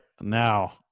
Now